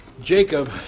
Jacob